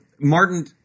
Martin